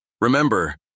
Remember